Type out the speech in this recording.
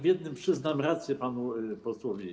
W jednym przyznam rację panu posłowi.